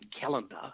calendar